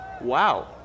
Wow